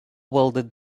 welded